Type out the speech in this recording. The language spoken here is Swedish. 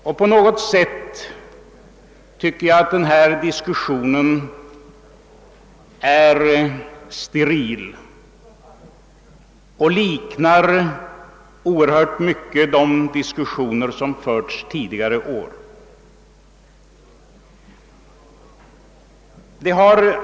Och på något sätt tycker jag att dagens diskussion är steril — den liknar i stor utsträckning de diskussioner som förts tidigare år.